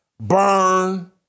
burn